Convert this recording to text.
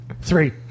Three